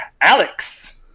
alex